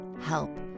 help